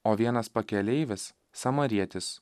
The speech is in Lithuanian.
o vienas pakeleivis samarietis